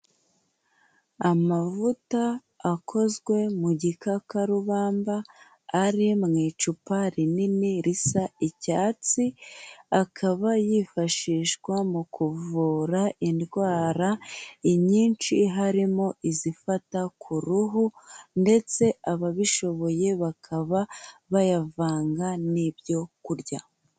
Amavuta akozwe mu gikakarubamba ari mu icupa rinini risa icyatsi, akaba yifashishwa mu kuvura indwara nyinshi, harimo izifata ku ruhu ndetse ababishoboye bakaba bayavanga n'ibyo kurya.